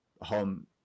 home